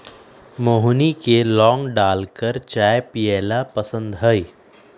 मोहिनी के लौंग डालकर चाय पीयला पसंद हई